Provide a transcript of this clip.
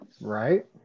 Right